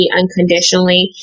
unconditionally